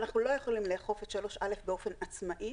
אנחנו לא יכולים לאכוף את 3(א) באופן עצמאי,